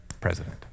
president